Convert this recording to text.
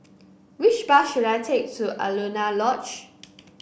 which bus should I take to Alaunia Lodge